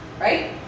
right